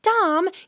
Dom